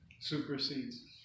supersedes